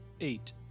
Eight